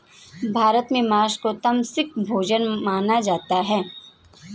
भारत में माँस को तामसिक भोजन माना जाता है